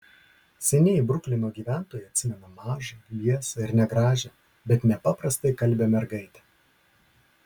senieji bruklino gyventojai atsimena mažą liesą ir negražią bet nepaprastai kalbią mergaitę